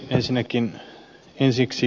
ensinnäkin ensiksi